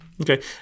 okay